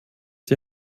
die